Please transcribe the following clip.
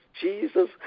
jesus